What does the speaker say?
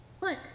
look